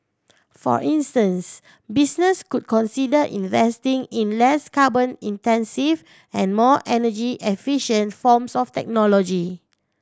for instance business could consider investing in less carbon intensive and more energy efficient forms of technology